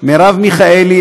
יחיאל חיליק בר,